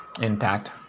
intact